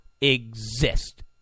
exist